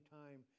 time